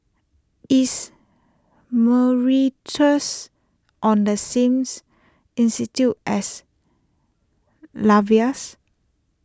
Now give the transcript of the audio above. is Mauritius on the sames institude as Latvias